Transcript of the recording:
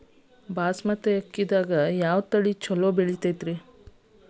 ಬಾಸುಮತಿ ಅಕ್ಕಿದಾಗ ಯಾವ ತಳಿ ಛಲೋ ಬೆಳಿತೈತಿ?